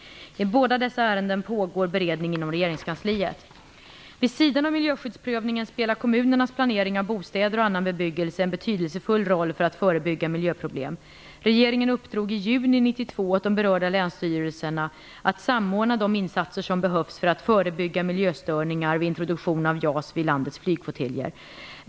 I båda dessa ärenden pågår beredning inom regeringskansliet. Vid sidan av miljöskyddsprövningen spelar kommunernas planering av bostäder och annan bebyggelse en betydelsefull roll för att förebygga miljöproblem. Regeringen uppdrog i juni 1992 åt de berörda länsstyrelserna att samordna de insatser som behövs för att förebygga miljöstörningar vid introduktion av JAS 39 Gripen vid landets flygflottiljer.